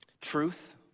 Truth